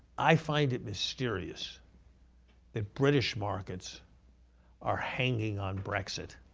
i find it mysterious that british markets are hanging on brexit